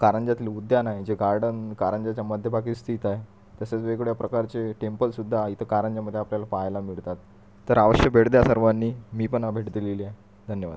कारंजातले उद्यान आहे जे गार्डन कारंज्याच्या मध्यभागी स्थित आहे तसेच वेगवेगळ्या प्रकारचे टेम्पल्ससुद्धा इथे कारंज्यामध्ये आपल्याला पहायला मिळतात तर अवश्य भेट द्या सर्वांनी मी पण भेट दिलेली आहे धन्यवाद